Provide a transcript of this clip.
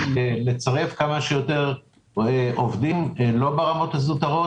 לצרף כמה שיותר עובדים לא ברמות הזוטרות,